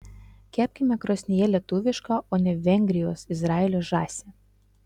kepkime krosnyje lietuvišką o ne vengrijos izraelio žąsį